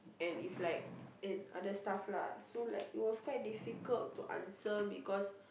and if like and other stuff lah so like it was quite difficult to answer because